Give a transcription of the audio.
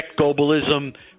globalism